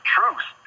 truth